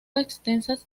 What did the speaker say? extensas